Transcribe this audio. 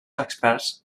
experts